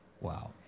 Wow